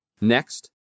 Next